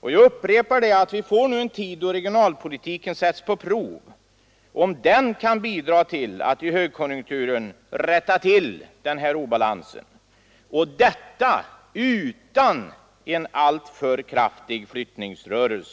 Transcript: Jag upprepar att vi nu får en tid då regionalpolitiken sätts på prov i vad gäller dess förmåga att bidra till att utan en alltför kraftig flyttningsrörelse i högkonjunkturen rätta till denna obalans.